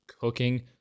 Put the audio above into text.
cooking